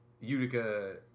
Utica